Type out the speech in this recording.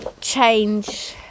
change